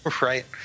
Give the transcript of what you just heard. right